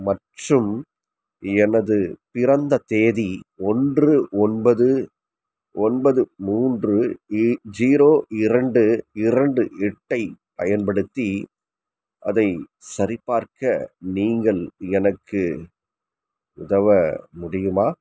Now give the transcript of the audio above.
மற்றும் எனதுப் பிறந்த தேதி ஒன்று ஒன்பது ஒன்பது மூன்று இ ஜீரோ இரண்டு இரண்டு எட்டைப் பயன்படுத்தி அதைச் சரிபார்க்க நீங்கள் எனக்கு உதவ முடியுமா